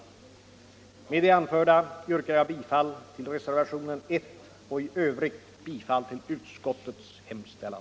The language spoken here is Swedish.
Med det anförda yrkar jag bifall till reservationen 1 och i övrigt bifall till utskottets hemställan.